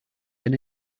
than